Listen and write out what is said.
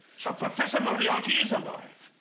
so professor moriarity is alive.